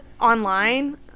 online